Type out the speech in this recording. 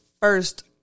first